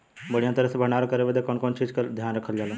बढ़ियां तरह से भण्डारण करे बदे कवने कवने चीज़ को ध्यान रखल जा?